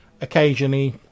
Occasionally